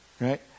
Right